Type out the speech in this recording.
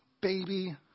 baby